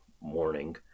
morning